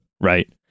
right